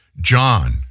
John